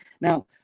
Now